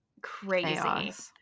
crazy